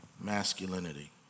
masculinity